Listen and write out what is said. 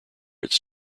its